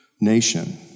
nation